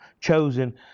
chosen